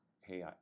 Hey